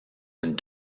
and